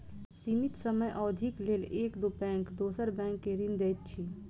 सीमित समय अवधिक लेल एक बैंक दोसर बैंक के ऋण दैत अछि